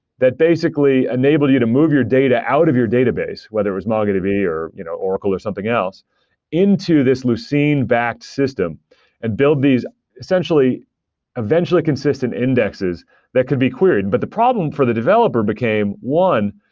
that basically enabled you to move your data out of your database, whether it was mongodb or you know oracle or something else into this lucene-backed system and build these essentially eventually consistent indexes that can be queried. but the problem for the developer became, one,